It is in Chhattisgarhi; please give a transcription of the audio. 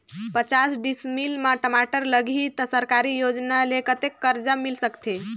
पचास डिसमिल मा टमाटर लगही त सरकारी योजना ले कतेक कर्जा मिल सकथे?